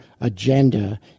agenda